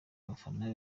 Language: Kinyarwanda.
abafana